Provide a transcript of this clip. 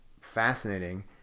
fascinating